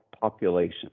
population